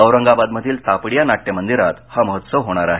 औरंगाबादमधील तापडिया नाट्यमंदिरात हा महोत्सव होणार आहे